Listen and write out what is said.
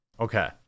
Okay